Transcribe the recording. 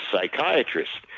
psychiatrist